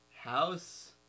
House